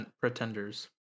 Pretenders